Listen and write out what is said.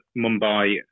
Mumbai